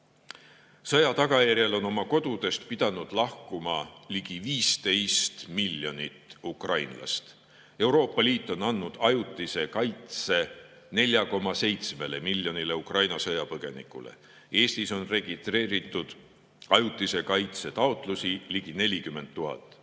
tagajärjel on oma kodust pidanud lahkuma ligi 15 miljonit ukrainlast. Euroopa Liit on andnud ajutise kaitse 4,7 miljonile Ukraina sõjapõgenikule. Eestis on registreeritud ajutise kaitse taotlusi ligi 40 000.